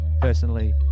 personally